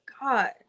God